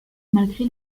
malgré